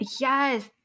Yes